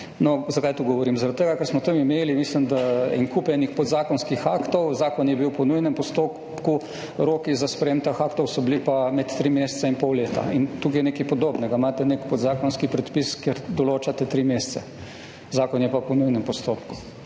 No, zakaj to govorim? Zaradi tega, ker smo tam imeli, mislim, da en kup enih podzakonskih aktov, zakon je bil po nujnem postopku, roki za sprejem teh aktov so bili pa med tri mesece in pol leta. In tukaj je nekaj podobnega, imate nek podzakonski predpis, kjer določate tri mesece, zakon je pa po nujnem postopku.